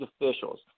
officials